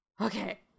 okay